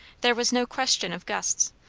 there was no question of gusts,